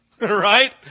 Right